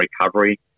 recovery